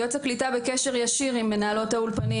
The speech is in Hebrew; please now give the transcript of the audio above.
יועץ הקליטה בקשר ישיר עם מנהלות האולפנים,